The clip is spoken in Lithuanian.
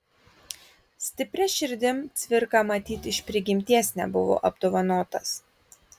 stipria širdim cvirka matyt iš prigimties nebuvo apdovanotas